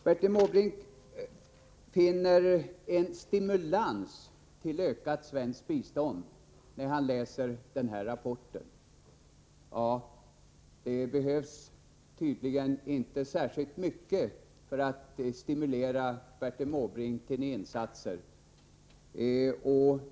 Bertil Måbrink finner en stimulans till ökat svenskt bistånd när han läser denna rapport. Det behövs tydligen inte särskilt mycket för att stimulera Bertil Måbrink till insatser.